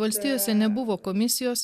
valstijose nebuvo komisijos